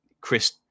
Chris